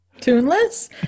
Tuneless